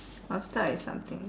I'll start with something